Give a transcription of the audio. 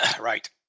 Right